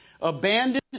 abandoned